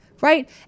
right